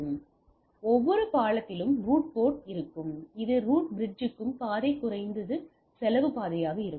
எனவே ஒவ்வொரு பாலத்திலும் ரூட் போர்ட் இருக்கும் இது ரூட் பிரிட்ஜுக்கு பாதை குறைந்தது செலவு பாதையாக இருக்கும்